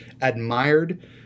admired